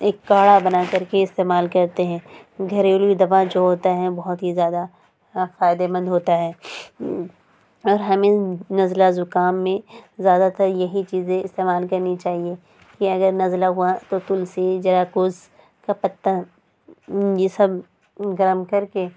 ایک کاڑھا بنا کر کے استعمال کرتے ہیں گھریلو دوا جو ہوتا ہے بہت ہی زیادہ فائدہ مند ہوتا ہے اور ہمیں نزلہ زکام میں زیادہ تر یہی چیزیں استعمال کرنی چاہیے کہ اگر نزلہ ہوا تو تلسی جراکوس کا پتا یہ سب گرم کر کے